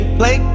play